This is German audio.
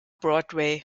broadway